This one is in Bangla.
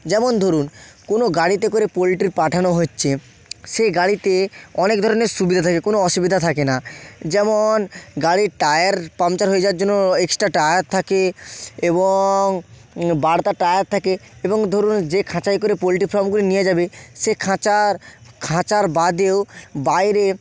যেমন ধরুন কোনো গাড়িতে করে পোলট্রি পাঠানো হচ্ছে সেই গাড়িতে অনেক ধরনের সুবিধা থাকে কোনো অসুবিধা থাকে না যেমন গাড়ির টায়ার পাংচার হয়ে যাওয়ার জন্য এক্সট্রা টায়ার থাকে এবং বাড়তি টায়ার থাকে এবং ধরুন যে খাঁচায় করে পোলট্রি ফার্মগুলি নিয়ে যাবে সে খাঁচার খাঁচার বাদেও বাইরে